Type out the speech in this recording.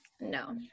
No